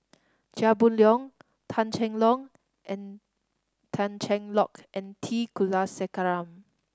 Chia Boon Leong Tan Cheng Lock and Tan Cheng Lock and T Kulasekaram